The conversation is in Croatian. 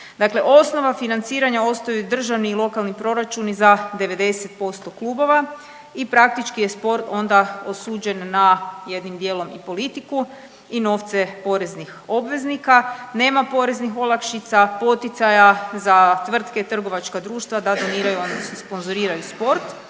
osnova financiranja ostaju državni i lokalni proračuni za 90% klubova i praktički je sport onda osuđen na jednim dijelom i politiku i novce poreznih obveznika, nema poreznih olakšica, poticaja za tvrtke i trgovačka društva da doniraju odnosno sponzoriraju sport.